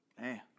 Man